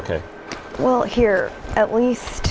ok well here at least